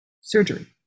surgery